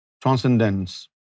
transcendence